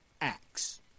Acts